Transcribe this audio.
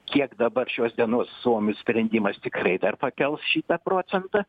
kiek dabar šios dienos suomių sprendimas tikrai dar pakels šitą procentą